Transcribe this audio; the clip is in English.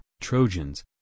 trojans